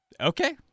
Okay